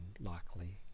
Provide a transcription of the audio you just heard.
likely